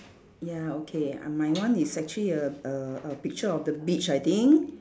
ya okay and my one is actually a a a picture of the beach I think